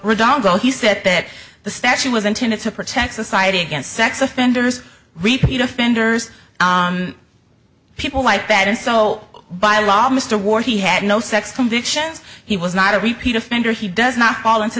redondo he said that the statute was intended to protect society against sex offenders repeat offenders people like that and so by a lot mr war he had no sex convictions he was not a repeat offender he does not fall into